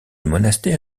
monastère